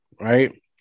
right